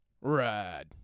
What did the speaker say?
ride